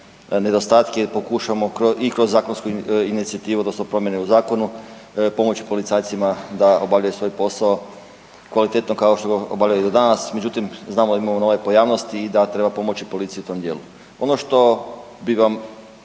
nedostatke i pokušamo i kroz zakonsku inicijativu odnosno promjene u zakonu pomoći policajcima da obavljaju svoj posao kvalitetno kao što ga obavljaju do danas. Međutim, znamo da imamo nove pojavnosti i da treba pomoći policiji u tom dijelu.